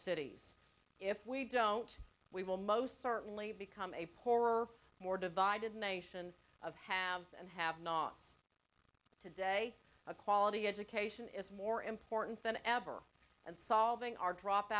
cities if we don't we will most certainly become a poorer more divided nation of have and have not today a quality education is more important than ever and solving our drop